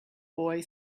boy